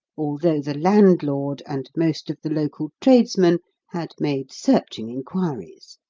although the landlord and most of the local tradesmen had made searching inquiries.